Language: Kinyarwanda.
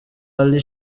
ali